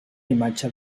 imatge